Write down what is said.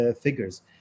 figures